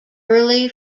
early